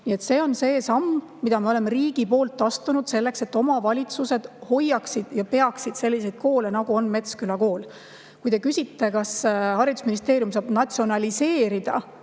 See on samm, mille me oleme riigina astunud, et omavalitsused hoiaksid ja peaksid selliseid koole, nagu on Metsküla kool. Kui te küsite, kas haridusministeerium saab natsionaliseerida